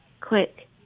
Quick